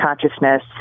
consciousness